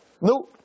No